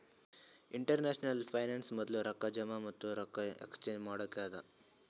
international finance ಮೊದ್ಲು ರೊಕ್ಕಾ ಜಮಾ ಮತ್ತ ರೊಕ್ಕಾ ಎಕ್ಸ್ಚೇಂಜ್ ಮಾಡಕ್ಕ ಅದಾ